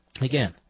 Again